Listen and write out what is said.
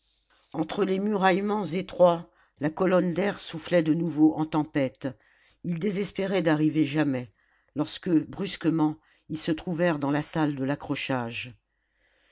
entre les muraillements étroits la colonne d'air soufflait de nouveau en tempête il désespérait d'arriver jamais lorsque brusquement ils se trouvèrent dans la salle de l'accrochage